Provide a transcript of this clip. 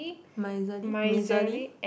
miserly miserly